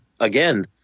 again